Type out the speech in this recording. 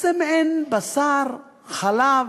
מעין בשר, חלב,